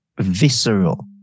visceral